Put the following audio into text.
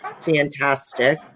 fantastic